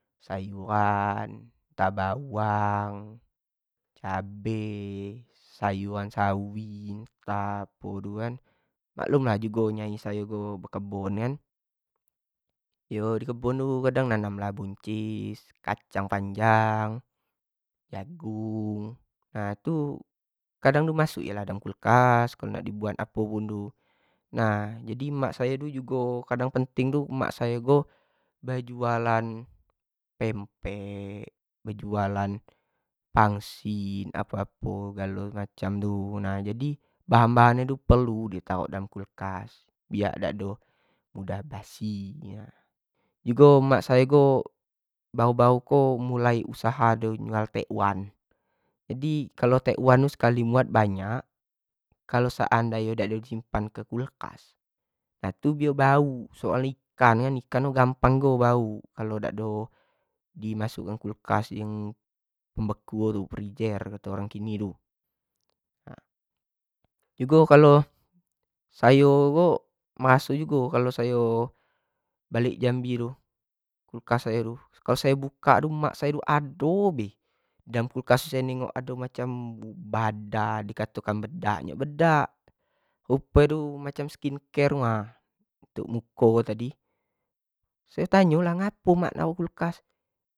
Sayuran entah bawang cabe sayuran sawi, ntah apo itu kan, maklum lah jugo nyai sayo tu bekebun kan, yo di kebun tu kadang nanam lah buncis, kacang panjang, jagung ha tu kadang di masuk i lah dalam kulkas, kadnag nak di buat apo guno, nah jadi mak sayo ko kadang jugo penting tu mak sayo jugo bejualan pempek, bejualan pangsit apo-apo jualan tadi tu, jadi bahan-bahan tu perlu di tarok dalam kulkas biak dak ado mudah basi tu ha, jugo mak sayo ko muali sduah usaha jual tek wan, jadi tek wan ko sekali buat banyak, kalo seandai nyo dak ado disimpanh di kulkas itu tu dio buauk soal nyo diok tu ikan kan, ikan tu gmapang bauk, kalo dak ado di masuk in kulkas, dalam yang membeku tu, freezer ato orang kini, jugo kalu sayo ko m. suk jugo kalua sayo balek jambi tu kulkas sayo tu, kalo sayo buka tu mak sayo tu ado be, dalam kulkas tu sayo negok ao macam bada, kan bedak nhyo macam ni bedak, skinare tu nha, ayo nyao ngapo masuk ini dalam kulkas